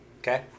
Okay